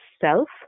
self